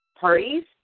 parties